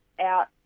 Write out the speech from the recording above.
out